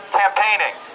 campaigning